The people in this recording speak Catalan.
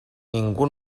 ningú